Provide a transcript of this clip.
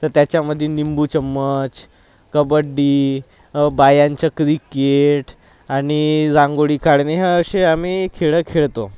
त्याच्यामध्ये निंबू चम्मच कबड्डी बायांचं क्रिकेट आणि रांगोळी काढणे असे आम्ही खेळ खेळतो